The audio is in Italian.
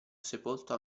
sepolto